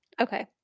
Okay